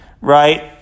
right